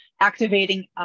activating